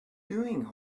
doing